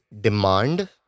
demand